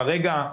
כרגע,